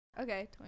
Okay